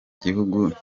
gihugu